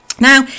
Now